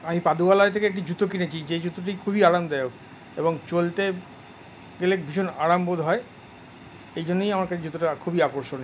আমি পাদুকালয় থেকে একটি জুতো কিনেছি যে জুতোটি খুবই আরামদায়ক এবং চলতে গেলে ভীষণ আরাম বোধ হয় এই জন্যই আমাকে জুতোটা খুবই আকর্ষণীয়